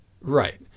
Right